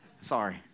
Sorry